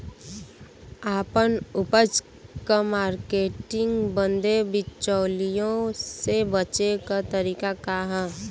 आपन उपज क मार्केटिंग बदे बिचौलियों से बचे क तरीका का ह?